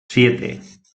siete